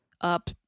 up